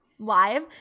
Live